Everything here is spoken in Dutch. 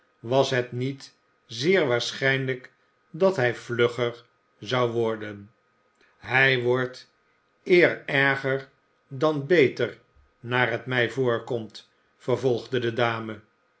was het niet zeer waarschijnlijk dat hij vlugger zou worden hij wordt eer erger dan beter naar het mij voorkomt vervolgde de dame